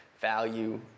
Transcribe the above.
value